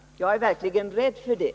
Jag är verkligen rädd för det.